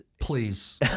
please